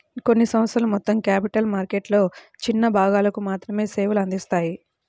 కొన్ని సంస్థలు మొత్తం క్యాపిటల్ మార్కెట్లలో చిన్న భాగాలకు మాత్రమే సేవలు అందిత్తాయి